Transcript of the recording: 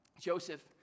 Joseph